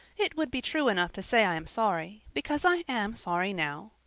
it would be true enough to say i am sorry, because i am sorry now.